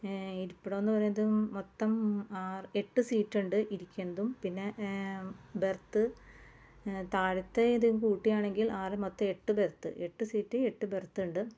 ഇരിപ്പിടമെന്ന് പറയുന്നതും മൊത്തം ആറ് എട്ട് സീറ്റുണ്ട് ഇരിക്കുന്നതും പിന്നെ ബെര്ത്ത് താഴത്തെ ഇതും കൂട്ടിയാണെങ്കില് ആകെ മൊത്തം എട്ട് ബെര്ത്ത് എട്ട് സീറ്റ് എട്ട് ബെര്ത്തുണ്ട്